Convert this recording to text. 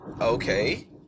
Okay